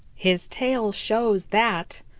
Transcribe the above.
his tail shows that.